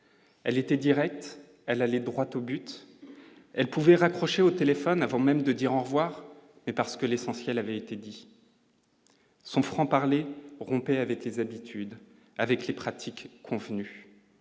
elle était Direct elle aller droit au but, elle pouvait raccrocher au téléphone avant même de dire en revoir et parce que l'essentiel avait été dit son franc- parler, rompez avec les habitudes avec les pratiques convenu,